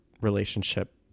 relationship